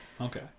Okay